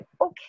okay